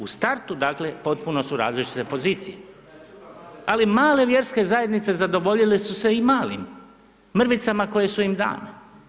U startu dakle potpuno su različite pozicije ali male vjerske zajednice zadovoljile su se i malim, mrvicama koje su im dane.